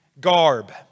garb